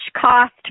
cost